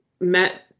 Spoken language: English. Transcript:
met